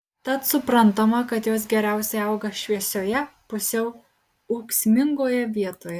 tad suprantama kad jos geriausiai auga šviesioje pusiau ūksmingoje vietoje